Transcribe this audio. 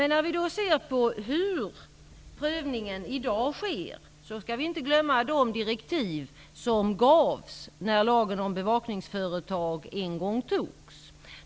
När vi ser på hur prövningen i dag sker, skall vi inte glömma de direktiv som gavs när lagen om bevakningsföretag en gång antogs.